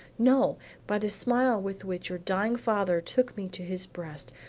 no by the smile with which your dying father took me to his breast,